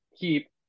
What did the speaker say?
keep